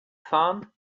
fahren